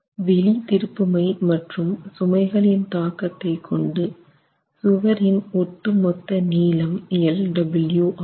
வெளி திருப்புமை மற்றும் சுமைகளின் தாக்கத்தை கொண்டு சுவரின் ஒட்டுமொத்த நீளம் lw ஆகும்